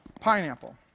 Pineapple